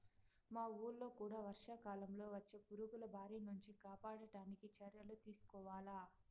మా వూళ్ళో కూడా వర్షాకాలంలో వచ్చే పురుగుల బారి నుంచి కాపాడడానికి చర్యలు తీసుకోవాల